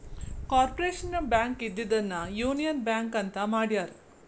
corporation Bank ಇದ್ದಿದ್ದನ್ನ Union Bank ಅಂತ ಮಾಡ್ಯಾರ